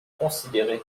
considéré